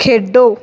ਖੇਡੋ